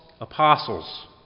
apostles